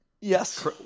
Yes